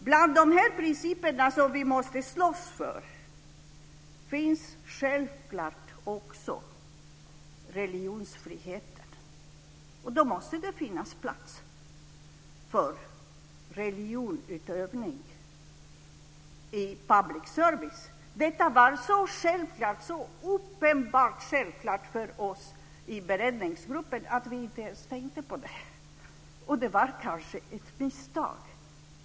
Bland de principer som vi måste slåss för finns självklart också religionsfriheten. Då måste det finnas plats för religionsutövning i public service. Detta var så uppenbart självklart för oss i beredningsgruppen att vi inte ens tänkte på det. Det var kanske ett misstag.